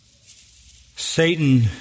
Satan